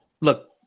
look